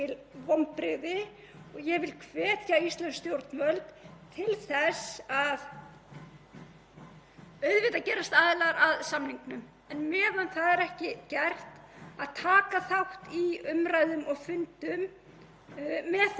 en meðan það er ekki gert að taka þátt í umræðum og fundum með þeim ríkjum sem geta það án þess að vera aðilar að samningnum og sýna þannig að við viljum taka þátt í samtalinu um kjarnorkuafvopnun